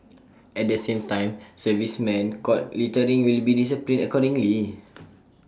at the same time servicemen caught littering will be disciplined accordingly